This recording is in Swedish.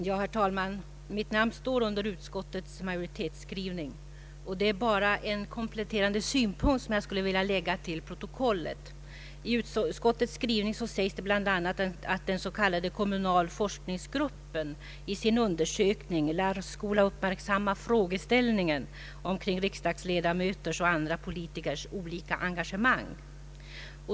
Herr talman! Mitt namn står under utskottets majoritetsskrivning, och det är bara en kompletterande synpunkt jag skulle vilja lägga till protokollet. I utskottets skrivning sägs bl.a. att den s.k. kommunalforskningsgruppen i sin undersökning lär uppmärksamma frågeställningen omkring riksdagsledamöters och andra politikers olika engagemang.